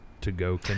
to-go